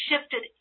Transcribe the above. shifted